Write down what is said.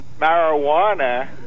marijuana